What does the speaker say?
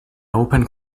open